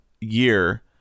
year